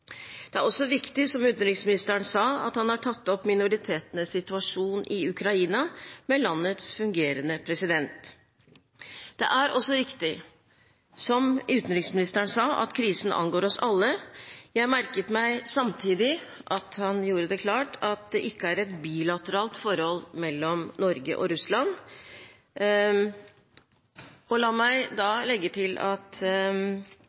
Det er også viktig, som utenriksministeren sa, at han har tatt opp minoritetenes situasjon i Ukraina med landets fungerende president. Det er også riktig, som utenriksministeren sa, at krisen angår oss alle. Jeg merket meg samtidig at han gjorde det klart at det ikke er et bilateralt forhold mellom Norge og Russland. La meg da legge til at